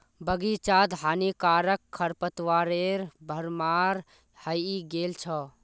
बग़ीचात हानिकारक खरपतवारेर भरमार हइ गेल छ